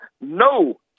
no